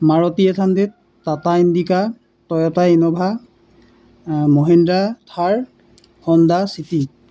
Maruti eight hundred Tata Indica Toyota Innova Mahindra Thar Honda city